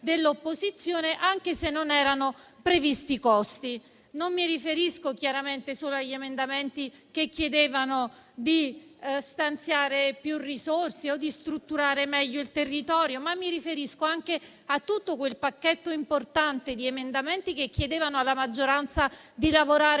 dell'opposizione, anche se non erano previsti costi. Non mi riferisco solo agli emendamenti che chiedevano di stanziare più risorse o di strutturare meglio il territorio, ma anche a tutto quel pacchetto importante di emendamenti che chiedevano alla maggioranza di lavorare